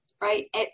right